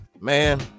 Man